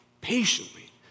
patiently